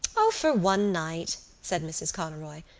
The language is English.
o, for one night, said mrs. conroy.